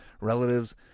relatives